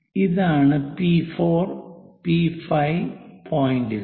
ഇതാണ് P 4 P 5 P4 P5 പോയിന്റുകൾ